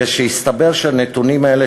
זה שהסתבר שהנתונים האלה,